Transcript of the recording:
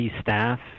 staff